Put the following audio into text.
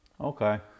okay